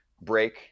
break